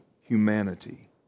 humanity